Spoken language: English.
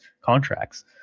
contracts